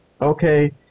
okay